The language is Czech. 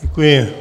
Děkuji.